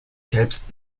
selbst